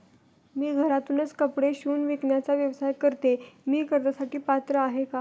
मी घरातूनच कपडे शिवून विकण्याचा व्यवसाय करते, मी कर्जासाठी पात्र आहे का?